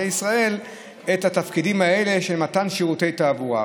ישראל את התפקידים האלה של מתן שירותי תעבורה.